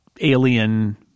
alien